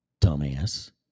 Dumbass